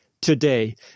today